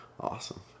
Awesome